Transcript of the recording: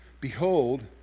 Behold